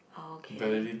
okay